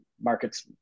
markets